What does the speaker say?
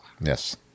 yes